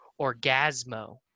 Orgasmo